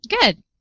Good